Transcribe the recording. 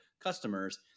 customers